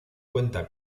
cuenta